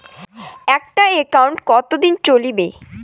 একটা একাউন্ট কতদিন চলিবে?